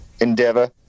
endeavor